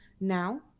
Now